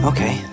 Okay